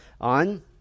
on